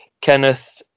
Kenneth